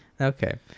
Okay